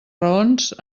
raons